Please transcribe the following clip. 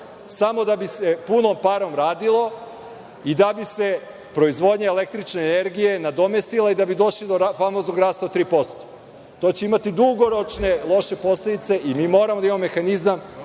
samo da bi se punom parom radilo i da bi se proizvodnja električne energije nadomestila i da bi došli do famoznog rasta od 3%. To će imati dugoročne loše posledice i mi moramo da imamo mehanizam